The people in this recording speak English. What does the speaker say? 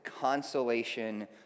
consolation